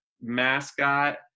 mascot